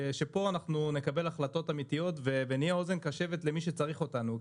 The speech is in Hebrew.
שפה אנחנו נקבל החלטות אמיתיות ונהיה אוזן קשבת למי שצריך אותנו,